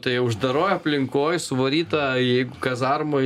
tai uždaroj aplinkoj suvaryta jeigu kazarmoj